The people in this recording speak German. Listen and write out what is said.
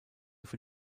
für